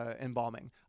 embalming